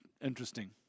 interesting